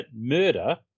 murder